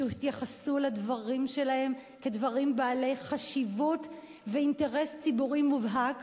שיתייחסו לדברים שלהם כאל דברים בעלי חשיבות ואינטרס ציבורי מובהק.